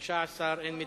בסדר-היום של הכנסת